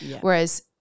Whereas